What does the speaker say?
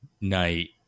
night